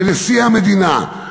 לנשיא המדינה,